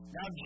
Now